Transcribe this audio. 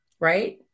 right